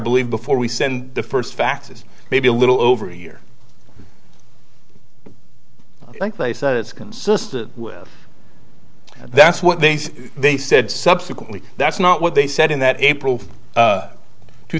believe before we send the first faxes maybe a little over a year they said it's consistent with that's what they said subsequently that's not what they said in that april